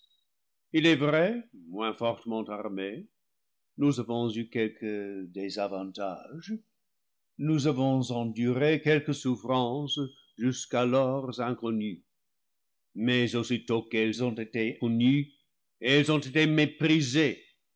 il est vrai moins fortement armés nous avons eu quelques désavantages nous avons enduré quelques souffrances jusqu'alors inconnues mais aussitôt qu'elles ont été connues elles ont été méprisées